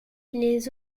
les